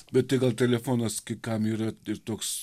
bet tai gal telefonas kai kam yra ir toks